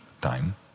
time